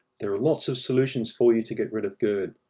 there are lots of solutions for you to get rid of gerd.